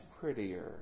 prettier